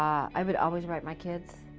i would always write my kids.